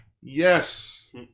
Yes